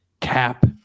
cap